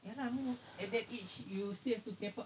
and um